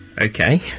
Okay